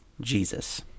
Jesus